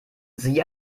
sie